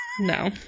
No